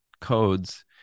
codes